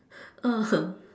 mm